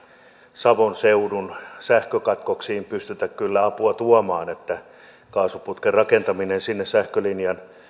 savon seudun sähkökatkoksiin pystytä apua tuomaan kaasuputken rakentaminen sinne sähkölinjan